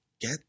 get